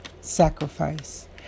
Sacrifice